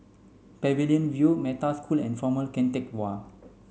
Pavilion View Metta School and Former Keng Teck Whay